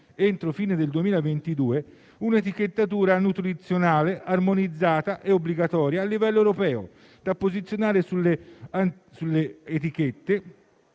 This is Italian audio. entro fine del 2022 un'etichettatura nutrizionale armonizzata e obbligatoria a livello europeo da posizionare sulla parte